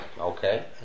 Okay